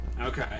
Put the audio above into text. Okay